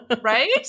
right